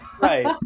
right